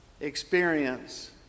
experience